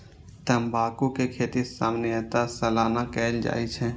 तंबाकू के खेती सामान्यतः सालाना कैल जाइ छै